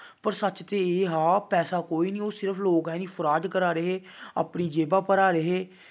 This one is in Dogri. पर सच्च ते एह् हा पैसा कोई निं ओह् सिर्फ लोग असें फराड करा दे हे अपनी जेह्बां भरा दे हे